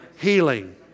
healing